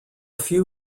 few